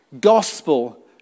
gospel